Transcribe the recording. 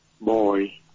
boy